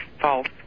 False